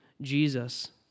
Jesus